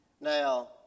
Now